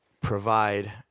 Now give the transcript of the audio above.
provide